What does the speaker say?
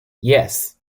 yes